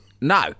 No